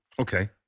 Okay